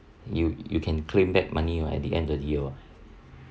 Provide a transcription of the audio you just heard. you you can claim back money right at the end of the year oh